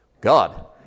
God